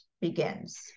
begins